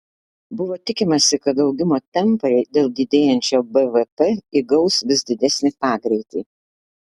buvo tikimasi kad augimo tempai dėl didėjančio bvp įgaus vis didesnį pagreitį